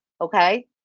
okay